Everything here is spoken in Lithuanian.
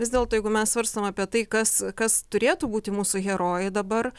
vis dėlto jeigu mes svarstom apie tai kas kas turėtų būti mūsų herojai dabar